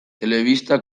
telebista